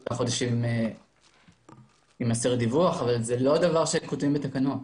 כמה חודשים יימסר דיווח אבל זה לא דבר שכותבים בתקנות.